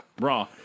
Raw